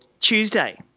Tuesday